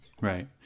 Right